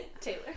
Taylor